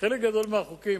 חלק גדול מהחוקים,